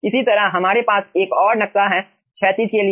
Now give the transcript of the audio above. इसी तरह हमारे पास एक और नक्शा हैं क्षैतिज के लिए